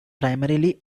primarily